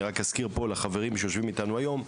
אני רק אזכיר פה לחברים שיושבים איתנו היום,